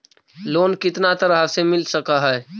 Loan कितना तरह से मिल सक है?